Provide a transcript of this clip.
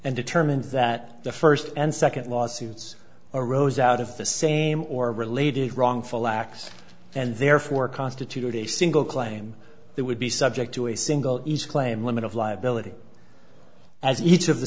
and determined that the first and second lawsuits arose out of the same or related wrongful acts and therefore constituted a single claim that would be subject to a single each claim limit of liability as each of the